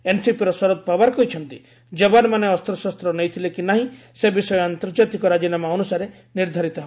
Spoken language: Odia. ଏନ୍ସିପିର ଶରଦ ପାୱାର କହିଛନ୍ତି ଜବାନମାନେ ଅସ୍ତଶସ୍ତ ନେଇଥିଲେ କି ନାହିଁ ସେ ବିଷୟ ଆନ୍ତର୍ଜାତିକ ରାଜିନାମା ଅନୁସାରେ ନିର୍ଦ୍ଧାରିତ ହେବ